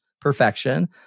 perfection